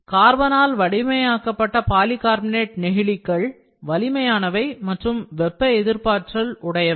carbon ஆல் வலிமை ஆக்கப்பட்ட பாலிகார்பனேட் நெகிழிகள் வலிமையானவை மற்றும் வெப்ப எதிர்ப்பாற்றல் உடையவை